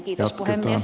kiitos puhemies